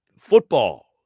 Football